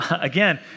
Again